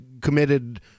committed